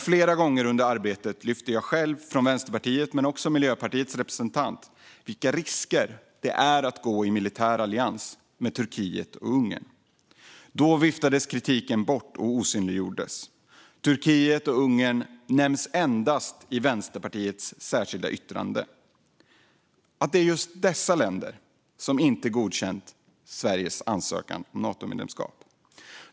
Flera gånger under arbetet lyfte dock jag själv från Vänsterpartiet men också Miljöpartiets representant upp vilka risker det innebär att gå i militär allians med Turkiet och Ungern. Då viftades kritiken bort och osynliggjordes. Turkiet och Ungern nämns endast i Vänsterpartiets särskilda yttrande. Det är just dessa länder som inte har godkänt Sveriges ansökan om Natomedlemskap.